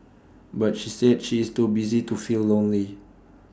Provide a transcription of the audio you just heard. but she said she is too busy to feel lonely